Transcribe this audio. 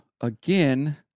again